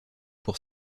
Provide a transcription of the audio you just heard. pour